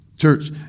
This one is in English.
Church